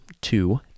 two